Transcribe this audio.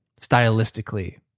stylistically